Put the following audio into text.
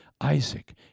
Isaac